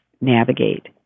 navigate